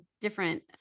different